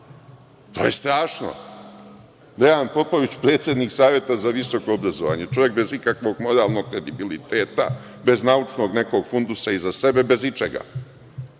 To je strašno. Dejan Popović, predsednik Saveta za visoko obrazovanje, čovek bez ikakvog moralnog kredibiliteta, bez naučnog fundusa iza sebe, bez ičega.